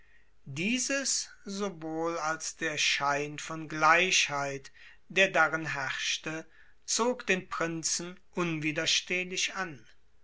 dieses sowohl als der schein von gleichheit der darin herrschte zog den prinzen unwiderstehlich an